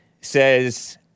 says